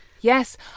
Yes